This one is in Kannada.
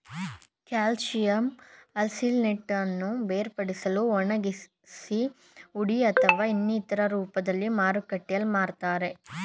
ಕ್ಯಾಲ್ಸಿಯಂ ಆರ್ಸಿನೇಟನ್ನು ಬೇರ್ಪಡಿಸಿ ಒಣಗಿಸಿ ಹುಡಿ ಅಥವಾ ಇನ್ನಿತರ ರೂಪ್ದಲ್ಲಿ ಮಾರುಕಟ್ಟೆಲ್ ಮಾರ್ತರೆ